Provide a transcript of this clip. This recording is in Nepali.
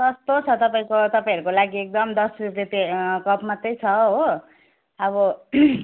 सस्तो छ तपाईँको तपाईँहरूको लागि एकदम दस रुपियाँ ते कप मात्रै छ हो अब